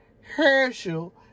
Herschel